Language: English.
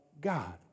God